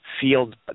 field